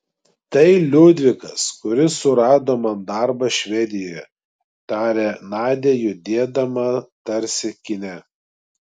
tai liudvikas kuris surado man darbą švedijoje tarė nadia judėdama tarsi kine